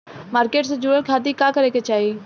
Market से जुड़े खाती का करे के चाही?